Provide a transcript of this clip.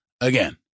again